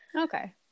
Okay